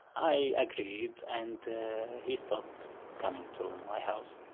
i agreed, and he stopped coming to my house.